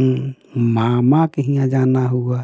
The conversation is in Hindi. मामा के यहाँ जाना हुआ